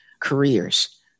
careers